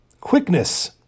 quickness